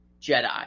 Jedi